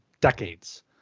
decades